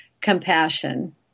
compassion